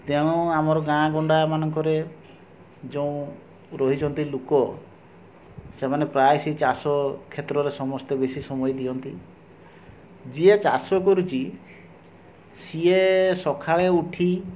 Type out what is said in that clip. ତେଣୁ ଆମର ଗାଁ ଗଣ୍ଡାମାନଙ୍କରେ ଯେଉଁ ରହିଛନ୍ତି ଲୋକ ସେମାନେ ପ୍ରାୟ ସେହି ଚାଷ କ୍ଷେତ୍ରରେ ସମସ୍ତେ ବେଶୀ ସମୟ ଦିଅନ୍ତି ଯିଏ ଚାଷ କରୁଛି ସିଏ ସକାଳେ ଉଠି